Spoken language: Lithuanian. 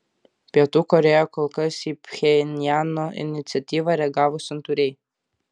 pietų korėja kol kas į pchenjano iniciatyvą reagavo santūriai